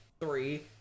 three